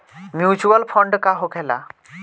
Mutual fund का होखेला?